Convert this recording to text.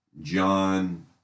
John